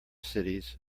cities